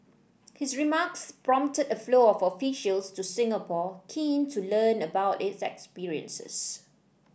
his remarks prompted a flow of officials to Singapore keen to learn about its experiences